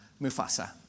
Mufasa